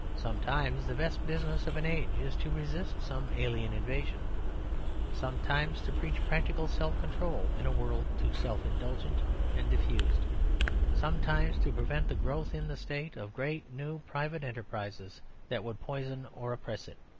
sometimes the best business of an age is to resist some alien invasion sometimes to preach practical self-control in a world too self-indulgent and diffused sometimes to prevent the growth in the state of great new private enterprises that would poison or oppress it.